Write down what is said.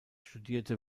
studierte